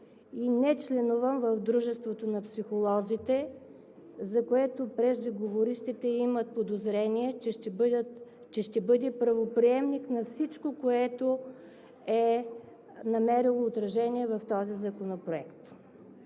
и не членувам в Дружеството на психолозите, за което преждеговорившите имат подозрение, че ще бъде правоприемник на всичко, което е намерило отражение в този законопроект.